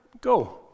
go